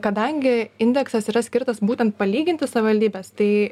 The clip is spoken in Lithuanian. kadangi indeksas yra skirtas būtent palyginti savivaldybes tai